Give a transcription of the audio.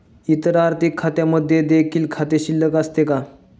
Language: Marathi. इतर आर्थिक खात्यांमध्ये देखील खाते शिल्लक असते का?